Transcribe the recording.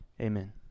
amen